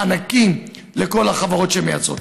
מענקים לכל החברות שמייצאות.